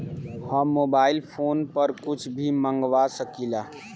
हम mobile phone पर कुछ भी मंगवा सकिला?